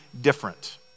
different